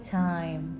time